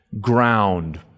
ground